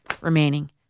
remaining